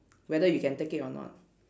whether you can take it or not